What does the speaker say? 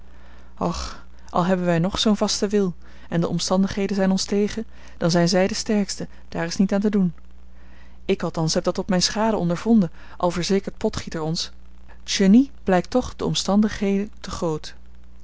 och al hebben wij nog zoo'n vasten wil en de omstandigheden zijn ons tegen dan zijn zij de sterksten daar is niet aan te doen ik althans heb dat tot mijne schade ondervonden al verzekert potgieter ons t genie blijkt toch de omstandigheên te groot